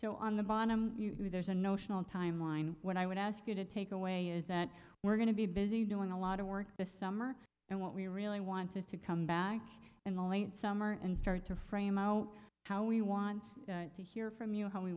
so on the bottom there's a notional timeline when i would ask you to take away is that we're going to be busy doing a lot of work this summer and what we really wanted to come back in the late summer and start to frame out how we want to hear from you how we